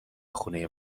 خونه